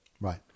right